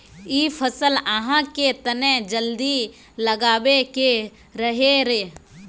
इ फसल आहाँ के तने जल्दी लागबे के रहे रे?